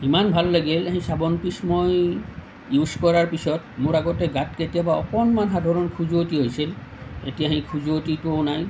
ইমান ভাল লাগিল সেই চাবোন পিচ মই ইউজ কৰাৰ পিছত মোৰ আগতে গাত কেতিয়াবা অকণনমান সাধাৰণ খজুৱতি হৈছিল এতিয়া সেই খজুৱতিটোও নাই